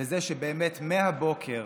וזה שבאמת מהבוקר